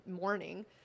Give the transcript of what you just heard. morning